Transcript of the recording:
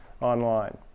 online